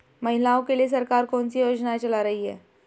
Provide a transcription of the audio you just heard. महिलाओं के लिए सरकार कौन सी योजनाएं चला रही है?